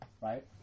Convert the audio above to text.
right